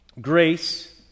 grace